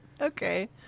Okay